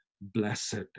blessed